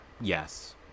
yes